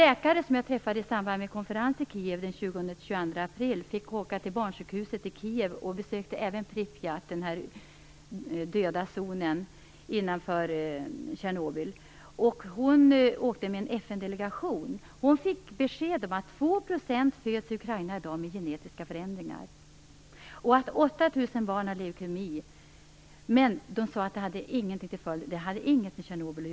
april träffade jag en läkare, som fick besöka barnsjukhuset i Kijev och även åkte till Pripyat, den döda zonen innanför Tjernobyl. Hon reste med en FN delegation och fick beskedet att 2 % av barnen som föds i Ukraina har genetiska förändringar och att De sade att detta inte hade någonting att göra med Tjernobyl.